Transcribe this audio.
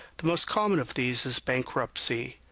the most common of these is bankruptcy.